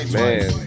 man